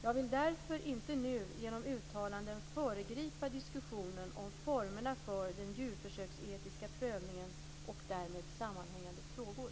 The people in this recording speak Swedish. Jag vill därför inte nu genom uttalanden föregripa diskussionen om formerna för den djurförsöksetiska prövningen och därmed sammanhängande frågor.